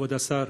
כבוד השר,